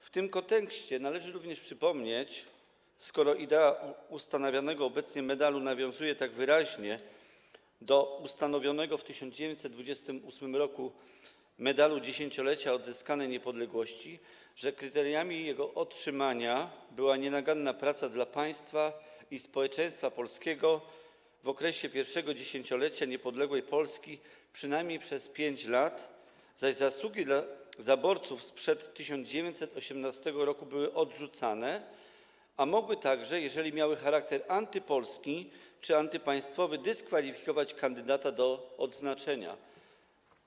W tym kontekście należy również przypomnieć, skoro idea ustanawianego obecnie medalu nawiązuje tak wyraźnie do ustanowionego w 1928 r. Medalu Dziesięciolecia Odzyskanej Niepodległości, że kryterium, warunkiem jego otrzymania była nienaganna praca dla państwa i społeczeństwa polskiego w okresie pierwszego dziesięciolecia niepodległej Polski przynajmniej przez 5 lat, zaś zasługi dla zaborców sprzed 1918 r. były odrzucane, a mogły także, jeżeli miały charakter antypolski czy antypaństwowy, dyskwalifikować kandydata do odznaczenia.